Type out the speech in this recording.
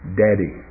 daddy